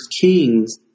Kings